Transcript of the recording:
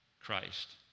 Christ